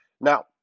Now